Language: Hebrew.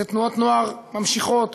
זה תנועות נוער ממשיכות,